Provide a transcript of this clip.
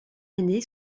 année